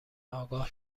آگاه